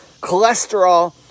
cholesterol